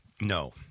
No